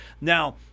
Now